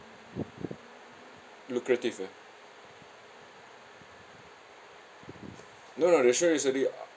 lucrative ah no no the insurance is already